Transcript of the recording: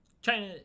China